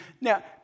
Now